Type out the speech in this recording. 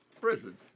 Prison